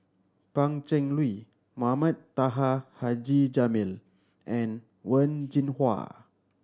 Pan Cheng Lui Mohamed Taha Haji Jamil and Wen Jinhua